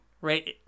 right